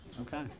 Okay